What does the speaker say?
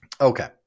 okay